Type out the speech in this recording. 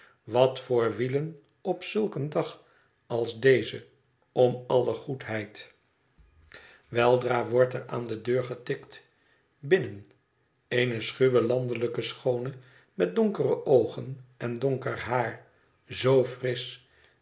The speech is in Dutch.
wat voor wielen op zulk een dag als deze om alle goedheid weldra wordt er aan de deur getikt binnen eene schuwe landelijke schoone met donkere oogen en donker haar zoo frisch